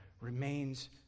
remains